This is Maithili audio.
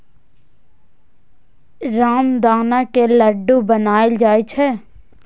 रामदाना के लड्डू बनाएल जाइ छै